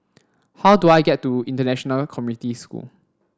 how do I get to International Community School